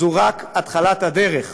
זו רק התחלת הדרך.